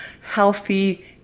healthy